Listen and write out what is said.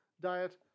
diet